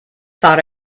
thought